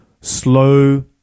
slow